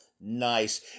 Nice